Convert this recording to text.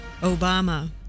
Obama